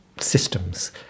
systems